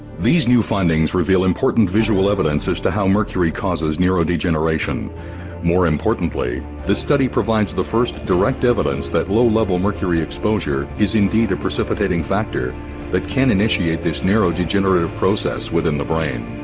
these new findings, reveal important visual evidence as to, how mercury causes neuron degeneration more importantly the study provides, the first direct evidence that low-level mercury exposure is indeed a precipitating factor that can initiate, this neuron degenerate process with in the brain